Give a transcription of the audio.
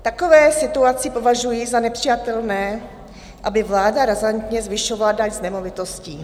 V takové situaci považuji za nepřijatelné, aby vláda razantně zvyšovala daň z nemovitostí.